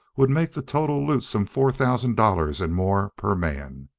would make the total loot some four thousand dollars and more per man.